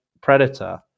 predator